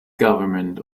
government